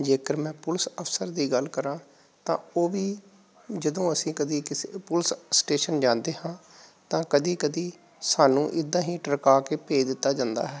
ਜੇਕਰ ਮੈਂ ਪੁਲਿਸ ਅਫਸਰ ਦੀ ਗੱਲ ਕਰਾਂ ਤਾਂ ਉਹ ਵੀ ਜਦੋਂ ਅਸੀਂ ਕਦੀ ਕਿਸੇ ਪੁਲਿਸ ਸਟੇਸ਼ਨ ਜਾਂਦੇ ਹਾਂ ਤਾਂ ਕਦੀ ਕਦੀ ਸਾਨੂੰ ਇੱਦਾਂ ਹੀ ਟਰਕਾ ਕੇ ਭੇਜ ਦਿੱਤਾ ਜਾਂਦਾ ਹੈ